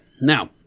now